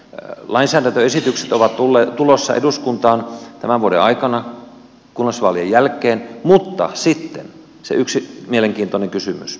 lainsäädäntöesitykset ovat tulossa eduskuntaan tämän vuoden aikana kunnallisvaalien jälkeen mutta sitten on se yksi mielenkiintoinen kysymys